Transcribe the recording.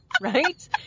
Right